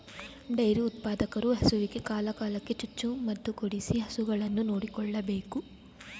dairy ಉತ್ಪಾದಕರು ಹಸುವಿಗೆ ಕಾಲ ಕಾಲಕ್ಕೆ ಚುಚ್ಚು ಮದುಕೊಡಿಸಿ ಹಸುಗಳನ್ನು ನೋಡಿಕೊಳ್ಳಬೇಕು